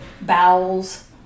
bowels